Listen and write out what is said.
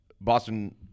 Boston